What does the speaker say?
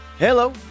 Hello